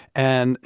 and, you